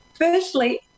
Firstly